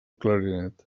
clarinet